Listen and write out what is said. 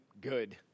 good